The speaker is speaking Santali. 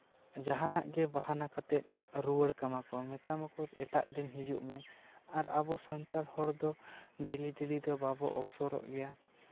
ᱡᱟᱦᱟᱱᱟᱜ ᱜᱮ ᱵᱟᱦᱱᱟ ᱠᱟᱛᱮ ᱨᱩᱣᱟᱹᱲ ᱠᱟᱢᱟ ᱠᱚ ᱢᱮᱛᱟ ᱢᱟᱠᱚ ᱮᱴᱟᱜ ᱫᱤᱱ ᱦᱤᱡᱩᱜ ᱢᱮ ᱟᱨ ᱟᱵᱚ ᱥᱟᱱᱛᱟᱲ ᱦᱚᱲ ᱫᱚ ᱰᱮᱞᱤ ᱰᱮᱞᱤ ᱫᱚ ᱵᱟᱵᱚ ᱚᱯᱥᱚᱨᱚᱜ ᱜᱮᱭᱟ